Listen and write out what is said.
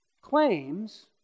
claims